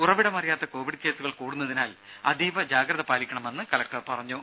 ഉറവിടമറിയാത്ത covid കേസുകൾ കൂടുന്നതിനാൽ അതീവ ജാഗ്രത പാലിക്കണമെന്ന് കലക്ടർ പറഞ്ഞു